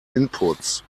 inputs